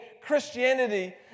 Christianity